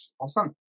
Awesome